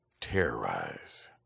terrorize